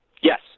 Yes